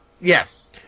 Yes